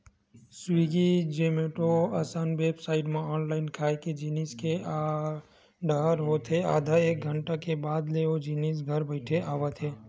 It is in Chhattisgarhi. स्वीगी, जोमेटो असन बेबसाइट म ऑनलाईन खाए के जिनिस के आरडर होत हे आधा एक घंटा के बाद ले ओ जिनिस ह घर बइठे आवत हे